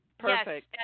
perfect